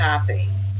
happy